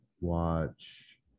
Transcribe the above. watch